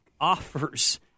offers